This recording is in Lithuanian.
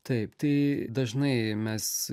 taip tai dažnai mes